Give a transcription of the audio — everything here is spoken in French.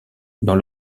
dans